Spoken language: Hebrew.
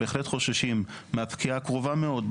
בהחלט חוששים מהפקיעה הקרובה מאוד,